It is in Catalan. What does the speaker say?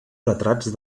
retrats